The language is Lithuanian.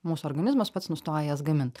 mūsų organizmas pats nustoja jas gamint